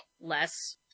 Less